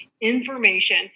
information